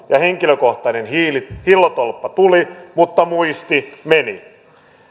ja henkilökohtainen hillotolppa tuli mutta muisti meni